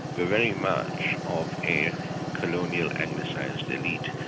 were very much of a colonial anglicised elite,